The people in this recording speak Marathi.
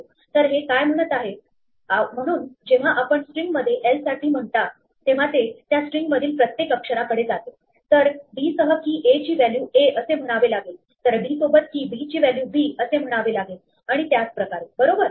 तर हे काय म्हणत आहे म्हणून जेव्हा आपण स्ट्रिंगमध्ये l साठी म्हणता तेव्हा ते त्या स्ट्रिंगमधील प्रत्येक अक्षराकडे जातेतर d सह key a ची व्हॅल्यू a असे म्हणावे लागेल तर d सोबत key b ची व्हॅल्यू b असे म्हणावे लागेल आणि त्याच प्रकारे बरोबर